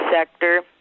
sector